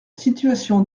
situation